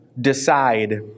decide